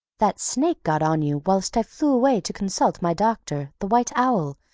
that snake got on you whilst i flew away to consult my doctor, the white owl,